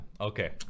Okay